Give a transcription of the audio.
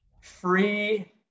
free